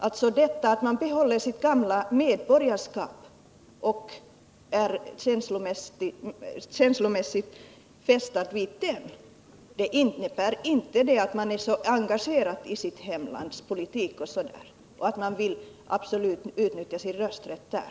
Att man behåller sitt gamla medborgarskap och är känslomässigt fästad vid det gamla hemlandet innebär inte att man är så engagerad i det landets politik att man absolut vill utnyttja sin rösträtt där.